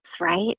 right